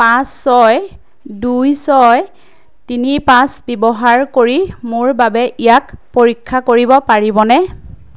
পাঁচ ছয় দুই ছয় তিনি পাঁচ ব্যৱহাৰ কৰি মোৰ বাবে ইয়াক পৰীক্ষা কৰিব পাৰিবনে